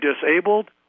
disabled